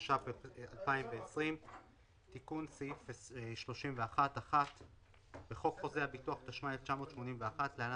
התש"ף-2020 תיקון סעיף 31 בחוק חוזה הביטוח התשמ"א-1981 (להלן